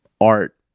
art